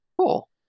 Cool